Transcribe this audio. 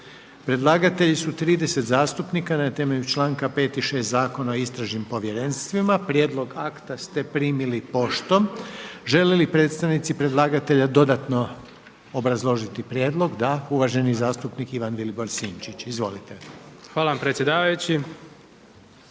Predlagatelji su 30 zastupnika na temelju članka 5. i 6. Zakona o istražnim povjerenstvima. Prijedlog akta ste primili poštom. Žele li predstavnici predlagatelja dodatno obrazložiti prijedlog? Da. Uvaženi zastupnik Ivan Vilibor Sinčić. Izvolite. **Sinčić, Ivan